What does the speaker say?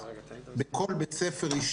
כל בית ספר מודרך.